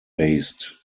based